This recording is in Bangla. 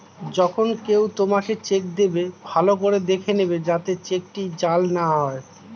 যখন কেউ তোমাকে চেক দেবে, ভালো করে দেখে নেবে যাতে চেকটি জাল না হয়